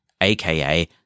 aka